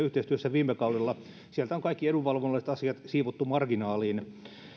yhteistyössä viime kaudella sieltä on kaikki edunvalvonnalliset asiat siivottu marginaaliin